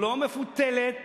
לא מפותלת,